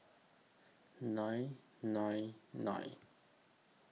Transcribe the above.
nine nine nine